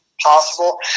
possible